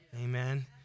Amen